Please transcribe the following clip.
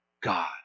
God